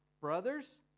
Brothers